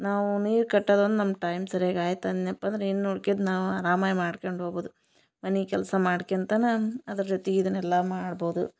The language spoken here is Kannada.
ನಾವು ನೀರು ಕಟ್ಟದೊಂದು ನಮ್ಮ ಟೈಮ್ ಸರ್ಯಾಗಿ ಆಯ್ತನ್ಯಪಂದ್ರ ಇನ್ನು ಉಳ್ಕಿದು ನಾವು ಆರಾಮಾಯಿ ಮಾಡ್ಕಂಡು ಹೋಗ್ಬೋದು ಮನಿ ಕೆಲಸ ಮಾಡ್ಕ್ಯಂತನ ಅದರ ಜೊತಿಗೆ ಇದನ್ನೆಲ್ಲ ಮಾಡ್ಬೋದು